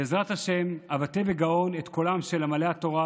בעזרת השם אבטא בגאון את קולם של עמלי התורה,